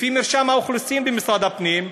לפי מרשם האוכלוסין במשרד הפנים,